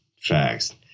facts